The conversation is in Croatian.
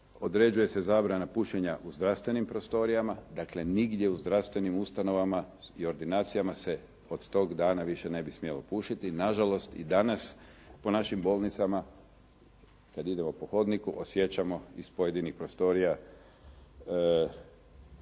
određuje se zabrana pušenja u zdravstvenim prostorijama. Dakle, nigdje u zdravstvenim ustanovama i ordinacijama se od tog dana više ne bi smjelo pušiti. Nažalost i danas po našim bolnicama kad idemo po hodniku osjećamo iz pojedinih prostorija